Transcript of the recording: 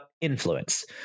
influence